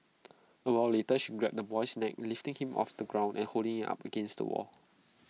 A while later she grabbed the boy's neck lifting him off the ground and holding him up against the wall